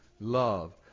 love